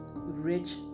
rich